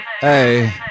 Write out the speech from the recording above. Hey